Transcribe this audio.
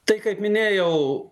tai kaip minėjau